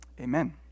Amen